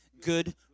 good